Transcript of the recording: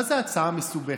מה זה "הצעה מסובכת"?